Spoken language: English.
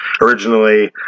Originally